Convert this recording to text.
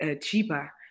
cheaper